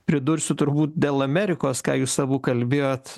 pridursiu turbūt dėl amerikos ką jūs abu kalbėjot